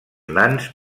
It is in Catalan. nans